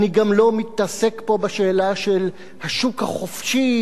אני גם לא מתעסק פה בשאלה של השוק החופשי,